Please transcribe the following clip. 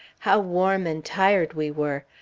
how warm and tired we were!